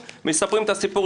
תודה.